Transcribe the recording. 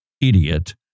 idiot